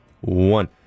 one